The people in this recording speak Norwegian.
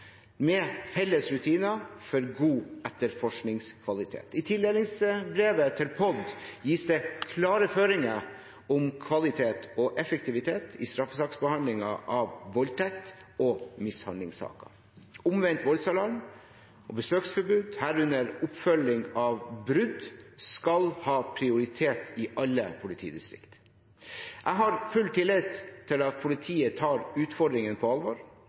med felles rutiner for god etterforskningskvalitet. I tildelingsbrevet til POD gis det klare føringer om kvalitet og effektivitet i straffesaksbehandlingen av voldtekts- og mishandlingssaker. Omvendt voldsalarm og besøksforbud, herunder oppfølging av brudd, skal ha prioritet i alle politidistrikt. Jeg har full tillit til at politiet tar utfordringen på alvor,